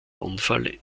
unfall